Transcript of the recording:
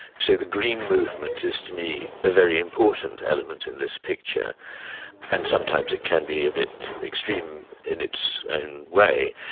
so the green movement is to me a very important element in this picture and sometimes it can be a bit extreme in its own way,